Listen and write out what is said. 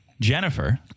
Jennifer